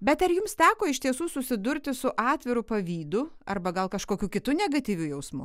bet ar jums teko iš tiesų susidurti su atviru pavydu arba gal kažkokiu kitu negatyviu jausmu